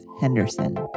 Henderson